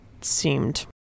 seemed